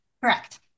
Correct